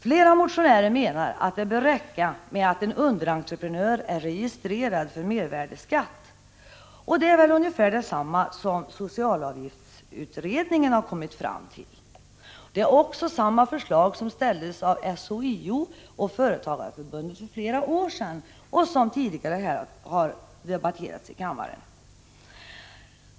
Flera motionärer menar att det bör räcka med att en underentreprenör är registrerad för mervärdeskatt — och det är väl ungefär detsamma som socialavgiftsutredningen har kommit fram till. Det är också samma förslag som ställdes av SHIO och Företagareförbundet för flera år sedan och som tidigare har debatterats i kammaren.